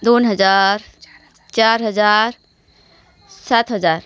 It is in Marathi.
दोन हजार चार हजार सात हजार